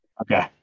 Okay